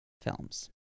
films